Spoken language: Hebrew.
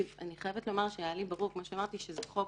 כי היה לי ברור שזה חוק